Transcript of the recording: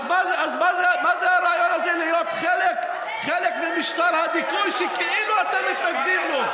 אז מה זה הרעיון הזה להיות חלק ממשטר הדיכוי שכאילו אתם מתנגדים לו?